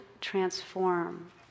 transform